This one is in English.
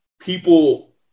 people